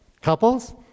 couples